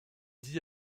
dit